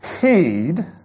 heed